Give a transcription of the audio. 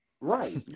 Right